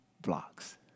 blocks